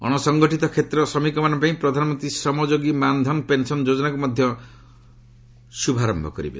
ଅଣସଂଗଠିତ କ୍ଷେତ୍ରର ଶ୍ରମିକମାନଙ୍କ ପାଇଁ ପ୍ରଧାନମନ୍ତ୍ରୀ ଶ୍ରମଯୋଗୀ ମାନ୍ଧନ୍ ପେନସନ୍ ଯୋଜନାକୁ ମଧ୍ୟ ଶ୍ରଭାରମ୍ଭ କରିବେ